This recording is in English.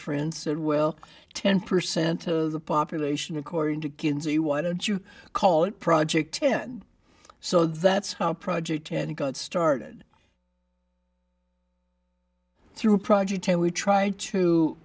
friends said well ten percent of the population according to kinsey why don't you call it project ten so that's how project ten got started through project ten we try to